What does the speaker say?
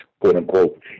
quote-unquote